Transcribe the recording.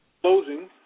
closing